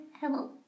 hello